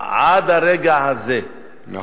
עד הרגע הזה, נכון.